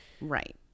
Right